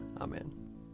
Amen